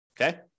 okay